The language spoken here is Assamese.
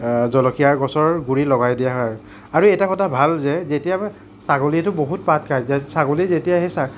জলকীয়া গছৰ গুৰিত লগাই দিয়া হয় আৰু এটা কথা ভাল যে যেতিয়া ছাগলীটো বহুত পাত খাই যে ছাগলী যেতিয়া সেই